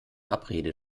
abrede